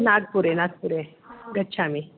नाग्पुरे नाग्पुरे गच्छामि